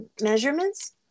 measurements